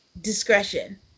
discretion